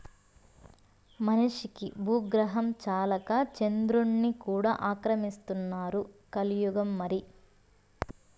మనిషికి బూగ్రహం చాలక చంద్రుడ్ని కూడా ఆక్రమిస్తున్నారు కలియుగం మరి